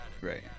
Right